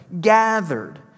gathered